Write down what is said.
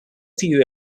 few